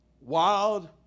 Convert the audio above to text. wild